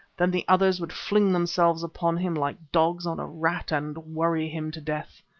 then the others would fling themselves upon him like dogs on a rat, and worry him to death.